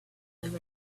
live